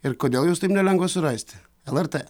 ir kodėl juos taip nelengva surasti lrt